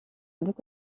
bouc